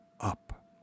up